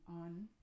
on